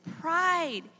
pride